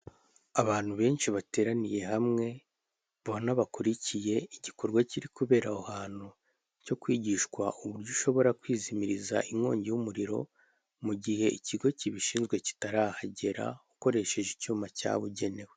Abantu benshi bateraniye hamwe ubona bakurikiye igikorwa kiri kubera aho hantu, cyo kwigishwa uburyo ushobora kwizimiriza inkongi y'umuriro mu gihe ikigo kibishinzwe kitarahagera ukoresheje icyuma cyabugenewe.